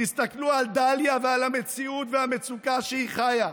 תסתכלו על דליה ועל המציאות והמצוקה שבהן היא חיה.